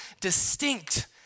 distinct